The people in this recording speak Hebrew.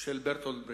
של ברטולד ברכט,